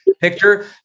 picture